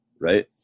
right